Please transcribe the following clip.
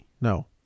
No